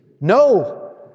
no